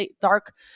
dark